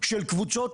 של קבוצות.